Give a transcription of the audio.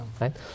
right